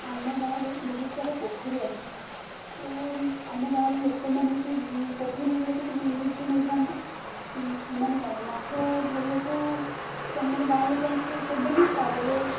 ଆମ ଗାଁରେ ବହୁତ ସାରା ପୋଖରୀ ଅଛି ତ ଆମ ଗାଁର ଲୋକମାନେ ସେ ପୋଖରୀ ଗୁଡ଼ାକୁ ସବୁ ଲିଜରେ ନେଇଥାଆନ୍ତି ସେମାନେ କ'ଣ ମାଛ ଧରିବାକୁ ସେମାନେ ଗାଁ ଲୋକଙ୍କୁ ଫାଷ୍ଟ ଦେବେନି ତାପରେ